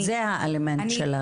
זה האלמנט.